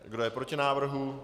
Kdo je proti návrhu?